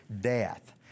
death